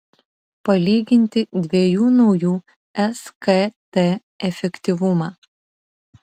palyginti dviejų naujų skt efektyvumą